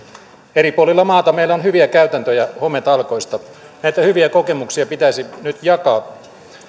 eri puolilla maata meillä on hyviä käytäntöjä hometalkoissa näitä hyviä kokemuksia pitäisi nyt jakaa